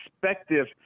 perspective